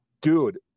dude